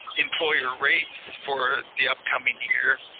employer rates for the upcoming year,